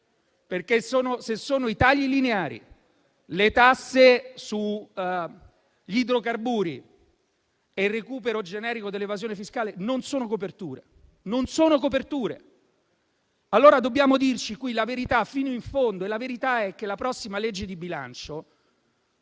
perché se si prendono dai tagli lineari, dalle tasse sugli idrocarburi e dal recupero generico dell'evasione fiscale, queste non sono coperture. Qui dobbiamo dirci la verità fino in fondo e la verità è che la prossima legge di bilancio,